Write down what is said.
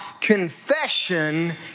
confession